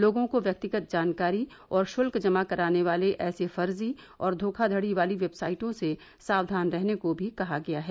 लोगों को व्यक्तिगत जानकारी और शुल्क जमा कराने वाले ऐसे फर्जी और धोखाधड़ी वाली वेबसाइटों से सावधान रहने को भी कहा गया है